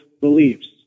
beliefs